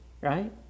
right